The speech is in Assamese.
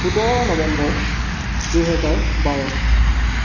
সোতৰ নৱেম্বৰ দুহেজাৰ বাৰ